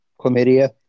Chlamydia